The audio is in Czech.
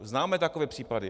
Známe takové případy.